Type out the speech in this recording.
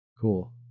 Cool